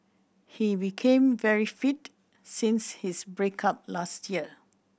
he became very fit since his break up last year